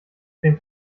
creme